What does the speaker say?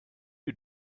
you